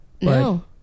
No